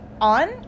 on